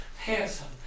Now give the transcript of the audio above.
Handsome